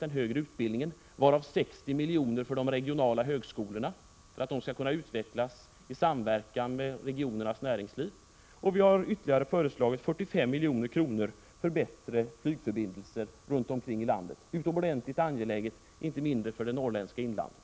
den högre utbildningen, varav 60 milj.kr. för att de regionala högskolorna skall kunna utvecklas i samverkan med regionernas näringsliv, samt 45 milj.kr. på bättre flygförbindelser runt omkring i landet — utomordentligt angeläget inte minst för det norrländska inlandet.